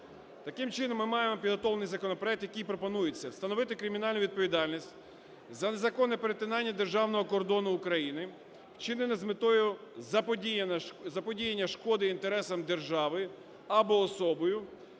Таким чином, ми маємо підготовлений законопроект, яким пропонується встановити кримінальну відповідальність за незаконне перетинання державного кордону України, вчинене з метою заподіяння шкоди інтересам держави, або особою,